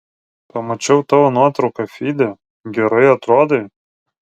pamačiau tavo nuotrauką fyde gerai atrodai